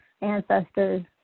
ancestors